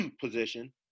position